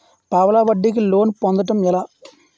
పావలా వడ్డీ కి లోన్ పొందటం ఎలా?